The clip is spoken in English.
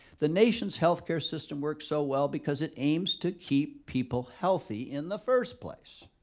the nation's healthcare system works so well because it aims to keep people healthy in the first place.